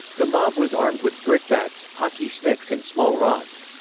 the mob was armed with brickbats, hockey sticks and small rods.